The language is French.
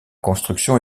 construction